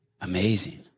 Amazing